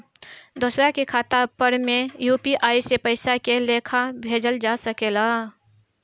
दोसरा के खाता पर में यू.पी.आई से पइसा के लेखाँ भेजल जा सके ला?